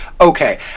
okay